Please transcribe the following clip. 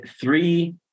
three